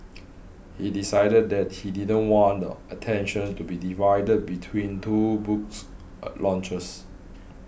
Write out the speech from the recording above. he decided that he didn't want the attention to be divided between two books launches